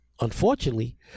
unfortunately